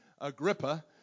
Agrippa